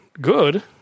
good